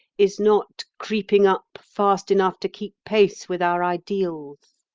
is not creeping up fast enough to keep pace with our ideals.